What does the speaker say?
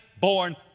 born